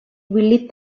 lit